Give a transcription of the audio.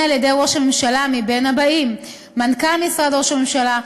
על-ידי ראש הממשלה מבין הבאים: מנכ"ל משרד ראש הממשלה,